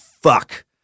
fuck